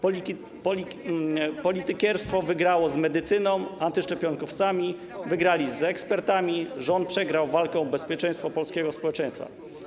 Politykierstwo wygrało z medycyną, antyszczepionkowcy wygrali z ekspertami, rząd przegrał walkę o bezpieczeństwo polskiego społeczeństwa.